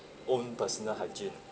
own personal hygiene ah